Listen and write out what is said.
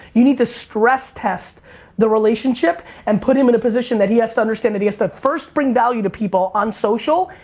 you need to stress test the relationship, and put him in a position that he has to understand that he has to first bring value to people on social,